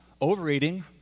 Overeating